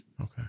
okay